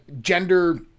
gender